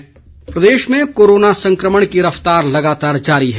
प्रदेश corona प्रदेश में corona संक्रमण की रफतार लगातार जारी है